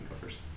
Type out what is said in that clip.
first